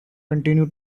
continue